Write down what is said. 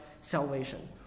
salvation